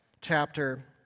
chapter